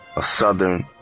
a southern,